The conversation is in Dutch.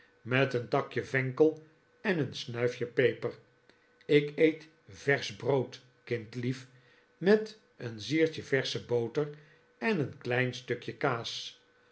met een takje venkel en een snuifje peper ik eet versch brood kindlief met een ziertje versche boter en een klein stukje kaas